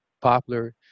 popular